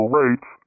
rates